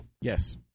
yes